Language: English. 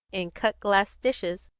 in cut-glass dishes,